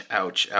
ouch